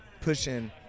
pushing